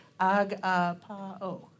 agapao